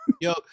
yo